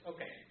Okay